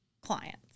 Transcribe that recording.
clients